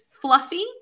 fluffy